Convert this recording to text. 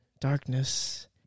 darkness